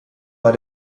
war